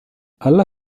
alla